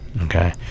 Okay